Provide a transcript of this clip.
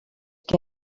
que